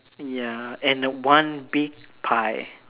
ya and uh one big pie